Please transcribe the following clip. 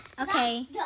Okay